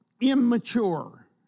immature